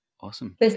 Awesome